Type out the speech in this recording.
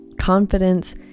confidence